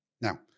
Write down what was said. Now